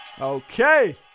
okay